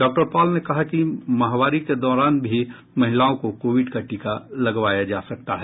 doctor Paul ने कहा कि माहवारी के दौरान भी महिलाओं को कोविड टीका लगवाया जा सकता है